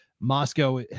Moscow